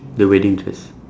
the wedding dress